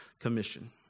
commission